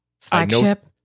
Flagship